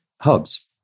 hubs